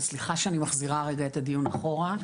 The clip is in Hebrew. סליחה שאני מחזירה רגע את הדיון אחורה,